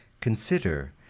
Consider